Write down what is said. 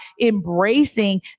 embracing